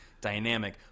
dynamic